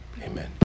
amen